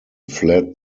fled